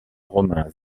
romain